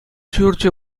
ҫурчӗ